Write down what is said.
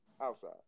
Outside